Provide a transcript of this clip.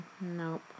nope